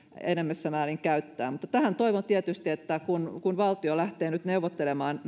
enenevässä määrin käyttää mutta toivon tietysti että kun kun valtio lähtee nyt neuvottelemaan